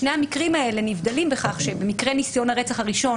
בשני המקרים האלה נבדלים בכך שבמקרה ניסיון הרצח הראשון